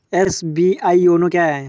SBI YONO क्या है?